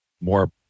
more